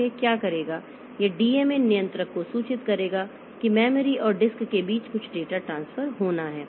तो यह क्या करेगा यह डीएमए नियंत्रक को सूचित करेगा कि मेमोरी और डिस्क के बीच कुछ डेटा ट्रांसफर होना है